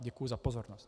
Děkuji za pozornost.